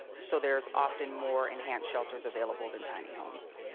so there's often more enhanced shelters available than tiny homes.